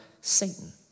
Satan